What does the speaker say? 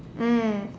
mm